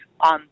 on